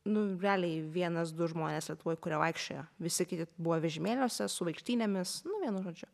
nu realiai vienas du žmonės lietuvoj kurie vaikščiojo visi kiti buvo vežimėliuose su vaikštynėmis nu vienu žodžiu